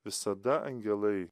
visada angelai